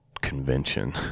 convention